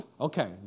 Okay